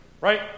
Right